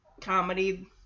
comedy